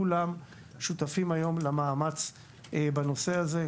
כולם שותפים היום למאמץ בנושא הזה,